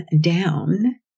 down